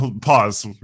Pause